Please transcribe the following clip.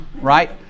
right